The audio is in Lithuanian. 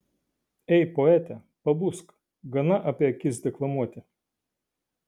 ei poete pabusk gana apie akis deklamuoti